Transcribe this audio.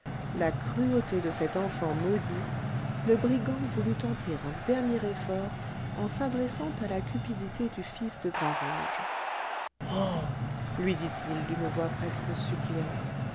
la cruauté de cet enfant maudit le brigand voulut tenter un dernier effort en s'adressant à la cupidité du fils de bras rouge oh lui dit-il d'une voix presque suppliante